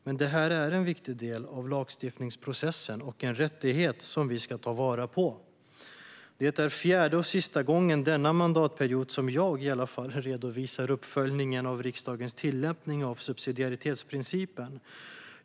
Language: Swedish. Men det är en viktig del av lagstiftningsprocessen och en rättighet som vi ska ta vara på. Detta är fjärde och sista gången denna mandatperiod som jag redovisar uppföljningen av riksdagens tillämpning av subsidiaritetsprincipen.